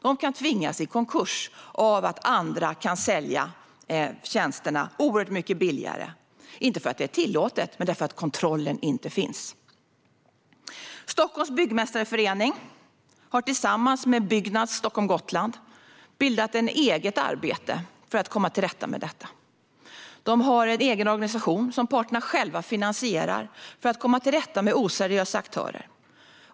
De kan tvingas i konkurs av att andra kan sälja tjänsterna oerhört mycket billigare, inte för att det är tillåtet utan för att kontrollen inte finns. Stockholms Byggmästareförening har tillsammans med Byggnads Stockholm-Gotland bildat ett eget arbete för att komma till rätta med detta. De har en egen organisation som parterna själva finansierar för att komma till rätta med oseriösa aktörer.